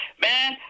man